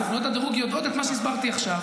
סוכנויות הדירוג יודעות את מה שהסברתי עכשיו,